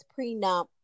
prenup